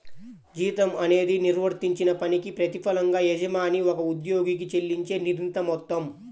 జీతం అనేది నిర్వర్తించిన పనికి ప్రతిఫలంగా యజమాని ఒక ఉద్యోగికి చెల్లించే నిర్ణీత మొత్తం